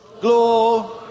Glory